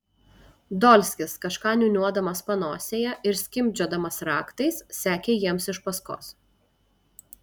dolskis kažką niūniuodamas panosėje ir skimbčiodamas raktais sekė jiems iš paskos